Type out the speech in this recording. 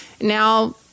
Now